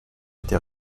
été